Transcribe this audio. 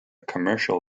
commercial